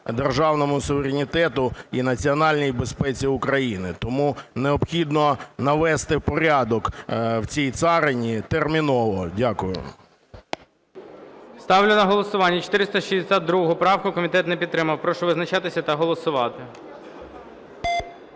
державному суверенітету і національній безпеці України. Тому необхідно навести порядок в цій царині терміново. Дякую. ГОЛОВУЮЧИЙ. Ставлю на голосування 462 правку. Комітет не підтримав. Прошу визначатися та голосувати.